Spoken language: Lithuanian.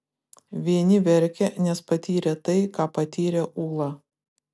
vieni verkė nes patyrė tai ką patyrė ūla